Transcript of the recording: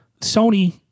Sony